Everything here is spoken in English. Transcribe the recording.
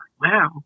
Wow